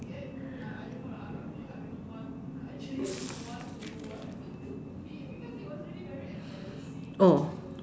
oh